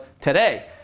today